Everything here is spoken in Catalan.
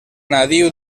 nadiu